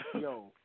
Yo